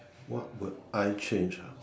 what would I change ah